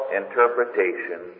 interpretation